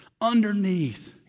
underneath